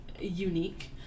unique